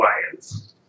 clients